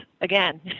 Again